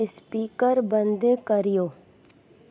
speaker बंदि कयो